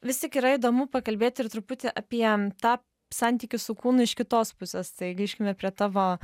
vis tik yra įdomu pakalbėti ir truputį apie tą santykį su kūnu iš kitos pusės tai grįžkime prie tavo